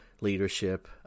leadership